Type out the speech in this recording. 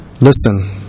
Listen